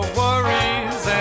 worries